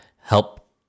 help